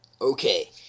Okay